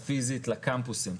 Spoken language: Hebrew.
הפיזית לקמפוסים.